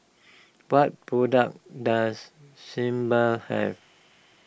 what products does Sebamed have